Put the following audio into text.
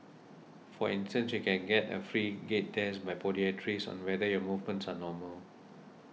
for instance you can get a free gait test by podiatrists on whether your movements are normal